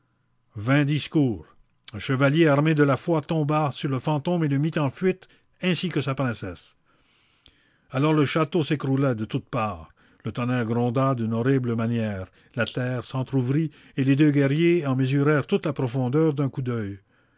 vains discours le chevalier armé de la foi tomba sur le fantôme et le mit en fuite ainsi que sa princesse alors le château s'écroula de toutes parts le tonnerre gronda d'une horrible manière la terre s'entr'ouvrit et les deux guerriers en mesurèrent toute la profondeur d'un coup d'oeil